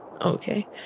Okay